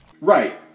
Right